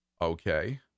Okay